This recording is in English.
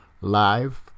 live